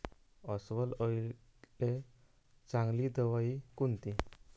अस्वल अळीले चांगली दवाई कोनची?